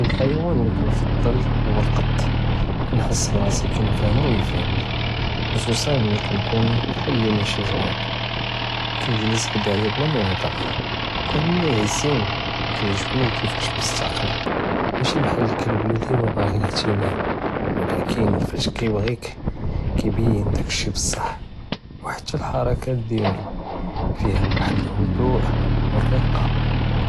אלחְיוַואן לִי כּנְפַדּל הוּא אלקִּט כּנְחס בּראסִי כּנְפְהמו וּיכְּפְהֶמנִי חְ'צוּסַאן מלִי כּנְכוּן בּחאל לִי משִי זוִין כִּיגְ'לְס חְדַאיַא בּלַא מַא יְהְדַר וּכּאאֻנו יְעַזִינִי, כִּיעְ׳גְ׳בּנִי כּיפאש מֻסְתַקֶּל משִי בּחאל לִכְּלֶב לִי בּעְ׳י דַאיְמַאן אִהְתִמַאם, ולכּן פאש כִּיבְּעְ׳יקּ כִּיבּיֵן דַאק שי בּצַח, וּחתַּא אלחְרַכַּאת דִיַאלו פִיהַא וַחְד אלהדוּא וּארְרִקַּה